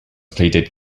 pleaded